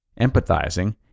empathizing